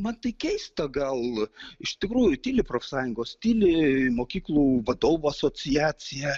man tai keista gal iš tikrųjų tyli profsąjungos tyli mokyklų vadovų asociacija